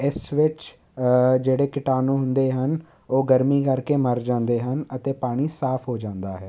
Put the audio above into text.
ਇਸ ਵਿੱਚ ਜਿਹੜੇ ਕੀਟਾਣੂ ਹੁੰਦੇ ਹਨ ਉਹ ਗਰਮੀ ਕਰਕੇ ਮਰ ਜਾਂਦੇ ਹਨ ਅਤੇ ਪਾਣੀ ਸਾਫ ਹੋ ਜਾਂਦਾ ਹੈ